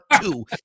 two